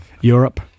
Europe